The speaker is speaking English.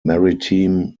maritime